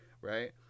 right